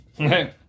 Okay